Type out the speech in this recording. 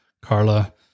Carla